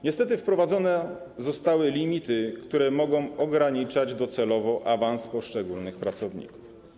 Niestety wprowadzone zostały limity, które mogą ograniczać docelowo awans poszczególnych pracowników.